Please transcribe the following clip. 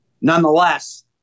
Nonetheless